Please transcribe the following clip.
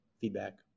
feedback